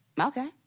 okay